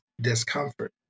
discomfort